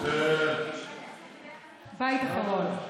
בית אחרון.